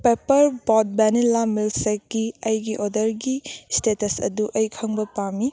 paper Boat vanilla milk ꯁꯦꯛꯀꯤ ꯑꯩꯒꯤ ꯑꯣꯗꯔꯒꯤ ꯏꯁꯇꯦꯇꯁ ꯑꯗꯨ ꯑꯩ ꯈꯪꯕ ꯄꯥꯝꯏ